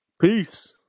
Peace